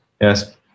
Yes